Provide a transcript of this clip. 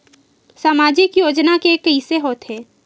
सामाजिक योजना के कइसे होथे?